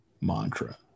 mantra